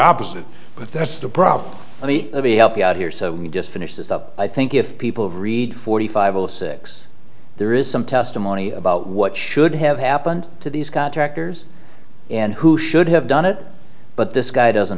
opposite but that's the problem let me let me help you out here so we just finish this up i think if people read forty five of six there is some testimony about what should have happened to these contractors and who should have done it but this guy doesn't